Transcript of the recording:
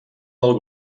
del